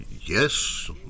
yes